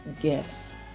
gifts